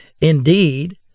indeed